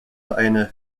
eine